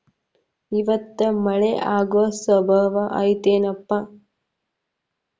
ಇವತ್ತ ಮಳೆ ಆಗು ಸಂಭವ ಐತಿ ಏನಪಾ?